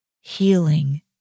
healing